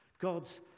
God's